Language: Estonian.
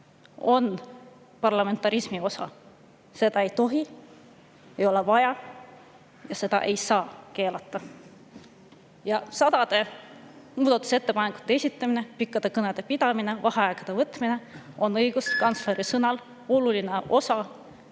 on parlamentarismi osa. Seda ei tohi, ei ole vaja ja seda ei saa keelata. Sadade muudatusettepanekute esitamine, pikkade kõnede pidamine, vaheaegade võtmine on õiguskantsleri sõnul oluline osa